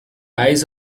eyes